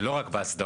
זה לא רק באסדרות.